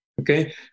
Okay